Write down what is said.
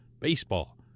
baseball